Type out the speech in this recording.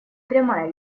прямая